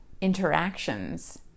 interactions